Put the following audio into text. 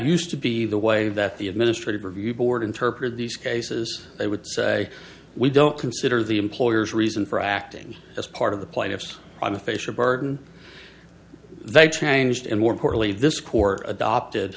used to be the way that the administrative review board interpreted these cases they would say we don't consider the employers reason for acting as part of the plaintiff's unofficial burden they changed and more importantly this court adopted